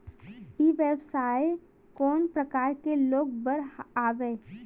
ई व्यवसाय कोन प्रकार के लोग बर आवे?